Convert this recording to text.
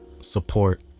support